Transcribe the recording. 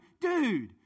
dude